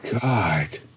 God